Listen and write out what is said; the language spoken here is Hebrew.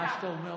שלא תהיה מדינה